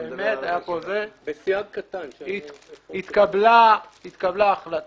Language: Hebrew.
אני מדבר על --- התקבלה החלטה,